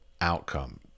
outcome